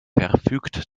verfügt